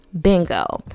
Bingo